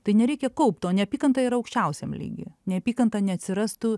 tai nereikia kaupt to neapykanta yra aukščiausiam lygyje neapykanta neatsirastų